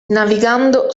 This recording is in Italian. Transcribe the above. navigando